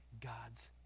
God's